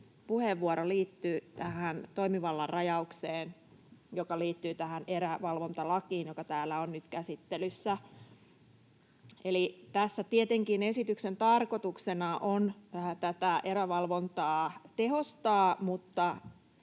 puheenvuoro liittyy tähän toimivallan rajaukseen, joka liittyy tähän erävalvontalakiin, joka täällä on nyt käsittelyssä. Eli tässä esityksen tarkoituksena on tietenkin vähän tätä erävalvontaa tehostaa, mutta